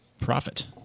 profit